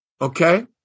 okay